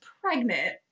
pregnant